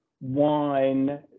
wine